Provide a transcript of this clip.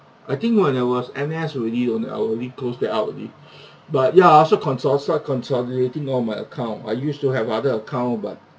I think when I was N_S I already own I already close that up already but ya I also consol~ so I consolidating all my account I used to have other account but